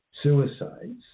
suicides